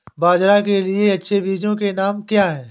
बाजरा के लिए अच्छे बीजों के नाम क्या हैं?